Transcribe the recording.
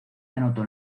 anotó